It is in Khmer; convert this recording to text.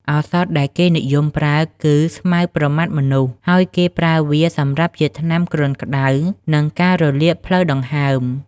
ឱសថដែលគេនិយមប្រើគឺ ស្មៅប្រម៉ាត់មនុស្ស ហើយគេប្រើវាសម្រាប់ជាថ្នាំគ្រុនក្តៅ និងការរលាកផ្លូវដង្ហើម។